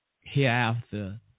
hereafter